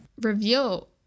reveal